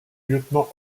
lieutenant